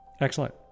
excellent